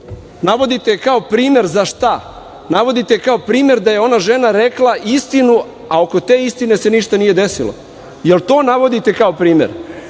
Navodite je kao primer za šta? Navodite je kao primer da je ona žena rekla istinu a oko te istine se ništa nije desilo, jel to navodite kao primer,